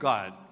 God